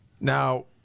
Now